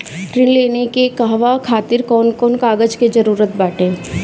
ऋण लेने के कहवा खातिर कौन कोन कागज के जररूत बाटे?